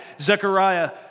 Zechariah